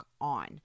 on